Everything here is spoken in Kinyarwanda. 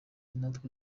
natwe